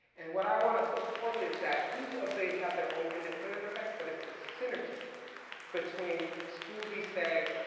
and what i wanna put forth is that each of they have their own independent effects but it's the synergy between school deseg.